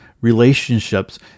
relationships